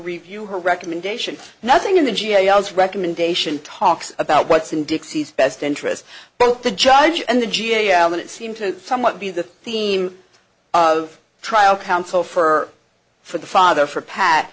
review her recommendations nothing in the g a o this recommendation talks about what's in dixie's best interest both the judge and the g a o and it seemed to somewhat be the theme of trial counsel for for the father for pat